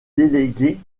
délégués